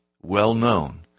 well-known